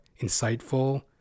insightful